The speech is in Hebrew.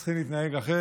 הם צריכים להתנהג אחרת,